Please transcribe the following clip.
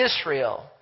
Israel